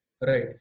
Right